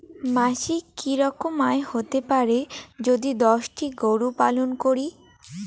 মাসিক কি রকম আয় হতে পারে যদি দশটি গরু পালন করি?